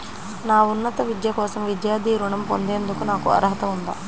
నా ఉన్నత విద్య కోసం విద్యార్థి రుణం పొందేందుకు నాకు అర్హత ఉందా?